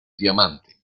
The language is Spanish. diamante